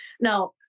Now